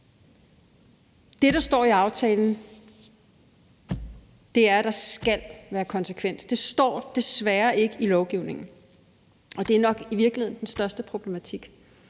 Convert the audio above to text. Det, der står i aftalen, er, at der skal være konsekvens. Det står desværre ikke i lovgivningen, og det er nok i virkeligheden den største problematik.